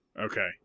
Okay